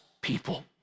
people